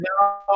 No